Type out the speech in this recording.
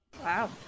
Wow